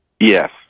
yes